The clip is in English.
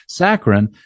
Saccharin